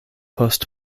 post